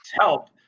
help